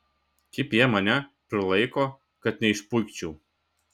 kaip jie mane prilaiko kad neišpuikčiau